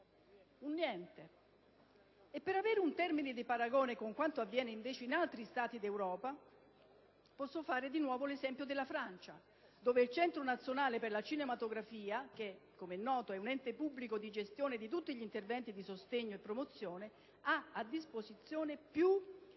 un niente. Per avere un termine di paragone con quanto avviene invece in altri Stati d'Europa, posso fare ancora una volta l'esempio del Francia, dove il Centro nazionale per la cinematografia, che - com'è noto - è un ente pubblico di gestione di tutti gli interventi di sostegno e promozione, ha a disposizione più